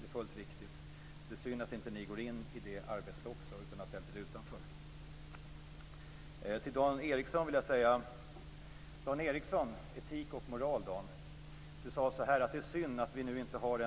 Det är fullt riktigt. Det är synd att inte ni också går in i det arbetet utan har ställt er utanför. Till Dan Ericsson vill jag säga något om det här med etik och moral. Han sade att det är synd att vi inte har